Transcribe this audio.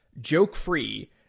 joke-free